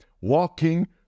walking